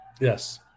Yes